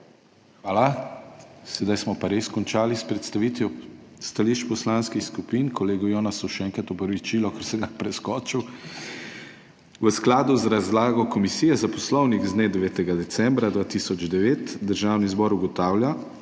Hvala. Sedaj pa smo res končali s predstavitvijo stališč poslanskih skupin. Kolegu Jonasu še enkrat opravičilo, ker sem ga preskočil. V skladu z razlago Komisije za poslovnik z dne 9. decembra 2009 Državni zbor ugotavlja,